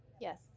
Yes